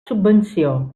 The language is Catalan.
subvenció